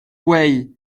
gweu